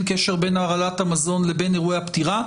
קשר בין הרעלת המזון לבין אירועי הפטירה,